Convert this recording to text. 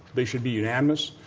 they should be unanimous.